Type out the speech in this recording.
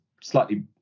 slightly